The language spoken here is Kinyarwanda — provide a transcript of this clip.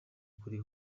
kuri